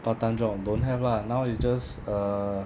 part time job don't have lah now it's just err